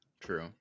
True